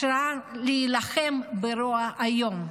השראה להילחם ברוע היום.